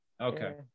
Okay